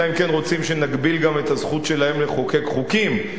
אלא אם כן רוצים שנגביל גם את הזכות שלהם לחוקק חוקים,